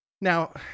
Now